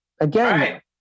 again